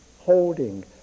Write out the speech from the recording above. holding